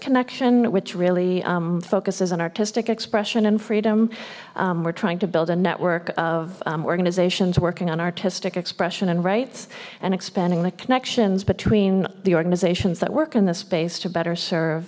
connection which really focuses an artistic expression and freedom we're trying to build a network of organizations working on artistic expression and rights and expanding the connections between the organizations that work in this space to better serve